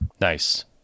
Nice